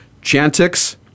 Chantix